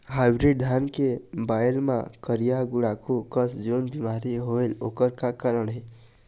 Hybrid धान के बायेल मां करिया गुड़ाखू कस जोन बीमारी होएल ओकर का कारण हे?